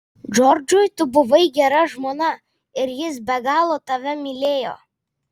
džordžui tu buvai gera žmona ir jis be galo tave mylėjo